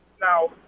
Now